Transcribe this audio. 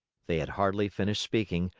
they had hardly finished speaking,